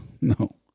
no